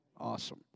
Awesome